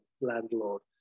landlord